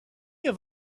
have